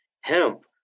Hemp